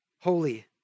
holy